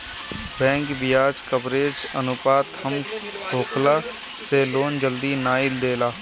bank बियाज coverage अनुपात कम होखला से लोन जल्दी नाइ देला